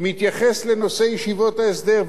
מתייחס לנושא ישיבות ההסדר,